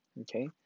okay